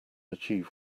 achieve